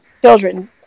children